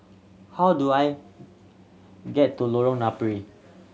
how do I get to Lorong Napiri